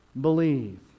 believe